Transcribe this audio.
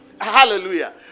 Hallelujah